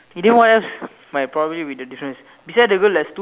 and then what else might probably be the difference beside the girl there's two